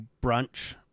brunch